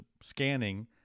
scanning